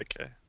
okay